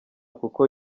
kuko